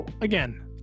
again